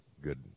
good